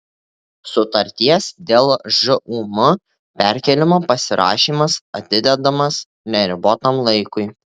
sutarties dėl žūm perkėlimo pasirašymas atidedamas neribotam laikui